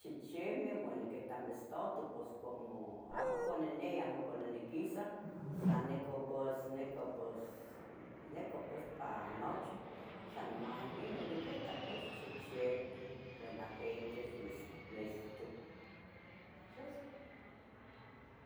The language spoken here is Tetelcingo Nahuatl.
Pos ticuparouah para ca totlalpiliah, pachuastleh tocuparoua ca totlalpiliah ca ino nochpochua ca niquintlalpilia, no noxbiba noyihqui niquintlalpilia ca ino pachuastleh, noyiqui nah motlalpilia ca pachuastleh nochi nicchibilia ixuniepal para mayaca isbiela, nochi ino tocuparoua para totlalpiliah, nochpochua noyihqui quicuparouah para noxbiba mo motlalpiliah, nochi cocuparoua pachuastleh para ca motlalpiliah.